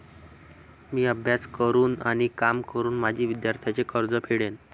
मी अभ्यास करून आणि काम करून माझे विद्यार्थ्यांचे कर्ज फेडेन